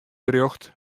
berjocht